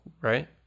right